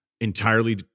entirely